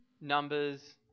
numbers